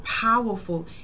powerful